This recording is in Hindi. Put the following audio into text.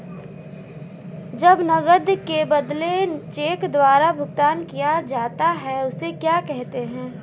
जब नकद के बदले चेक द्वारा भुगतान किया जाता हैं उसे क्या कहते है?